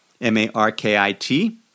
M-A-R-K-I-T